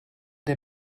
der